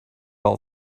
all